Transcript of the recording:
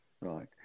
Right